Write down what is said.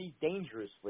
dangerously